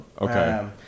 Okay